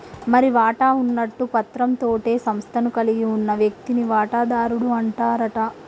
మరి వాటా ఉన్నట్టు పత్రం తోటే సంస్థను కలిగి ఉన్న వ్యక్తిని వాటాదారుడు అంటారట